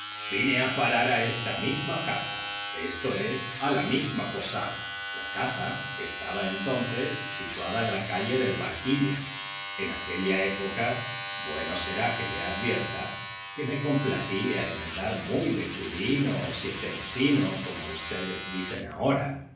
vine a parar a esta misma casa esto es a la misma posada la casa estaba entonces situada en la calle del barquillo en aquella época bueno será que le advierta que me complacía en andar muy lechuguino o sietemesino como ustedes dicen ahora